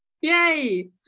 Yay